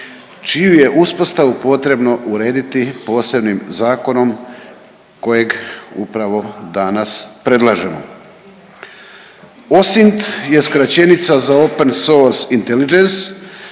čiju je uspostavu potrebno urediti posebnim zakonom kojeg upravo danas predlažemo. OSINT se skraćenica za open source intelligence,